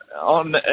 on